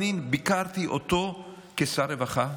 אני ביקרתי אותו כשר הרווחה.